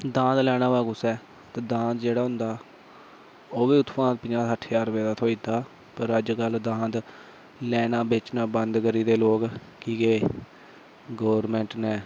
दांद लैना होए कुसै ने ते दांद जेह्ड़ा होंदा ओह् बी उत्थुआं दा पंजाह् सट्ठ ज्हार रपेऽ दा थ्होई जंदा पर अज्ज कल्ल दांद लैना बेचना बंद करी दे लोक कि जे गोरमैंट ने